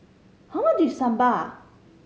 how much is Sambar